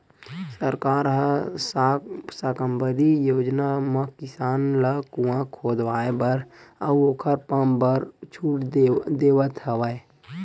सरकार ह साकम्बरी योजना म किसान ल कुँआ खोदवाए बर अउ ओखर पंप बर छूट देवथ हवय